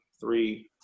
three